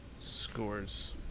scores